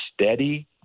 steady